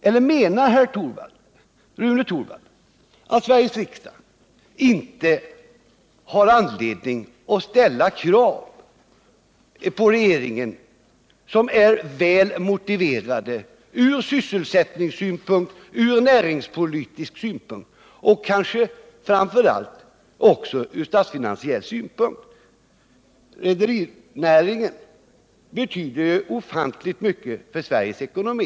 Eller menar Rune Torwald att Sveriges riksdag inte har anledning att ställa krav på regeringen, vilka är väl motiverade ur sysselsättningsoch näringspolitisk synpunkt och kanske framför allt ur finansiell synpunkt? Rederinäringen betyder ju ofantligt mycket för Sveriges ekonomi.